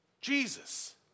Jesus